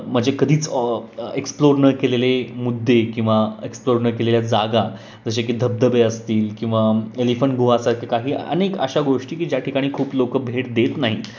म्हणजे कधीच एक्सप्लोर न केलेले मुद्दे किंवा एक्सप्लोर न केलेल्या जागा जसे की धबधबे असतील किंवा एलिफंट गुहासारखे काही अनेक अशा गोष्टी की ज्या ठिकाणी खूप लोक भेट देत नाहीत